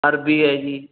ਅਰਬੀ ਹੈ ਜੀ